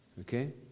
Okay